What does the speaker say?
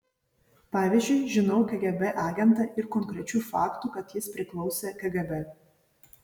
pavyzdžiui žinau kgb agentą ir konkrečių faktų kad jis priklausė kgb